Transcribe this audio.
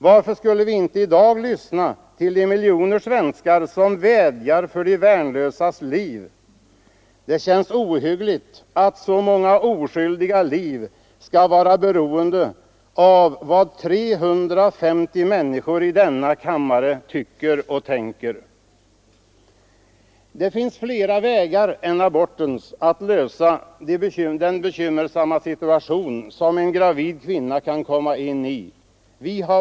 Varför skulle vi inte i dag lyssna till de miljoner svenskar som vädjar för de värnlösas liv. Det känns ohyggligt att så många oskyldiga liv skall vara beroende av vad 350 människor i denna kammare tycker och tänker. Det finns flera utvägar än abortens att gå för att lösa den bekymmersamma situation som en gravid kvinna kan komma in i.